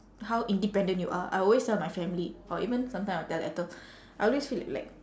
how independent you are I always tell my family or even sometime I will tell ethel I always feel like like